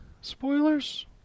spoilers